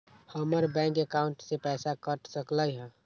हमर bank account से पैसा कट सकलइ ह?